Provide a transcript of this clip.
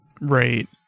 Right